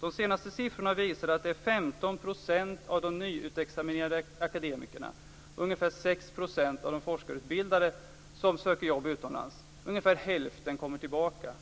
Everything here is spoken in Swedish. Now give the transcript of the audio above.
De senaste siffrorna visar att det är 15 % av de nyutexaminerade akademikerna och ungefär 6 % av de forskarutbildade som söker jobb utomlands. Ungefär hälften kommer tillbaka.